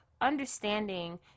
understanding